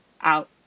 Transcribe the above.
out